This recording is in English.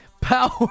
Power